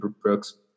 Brooks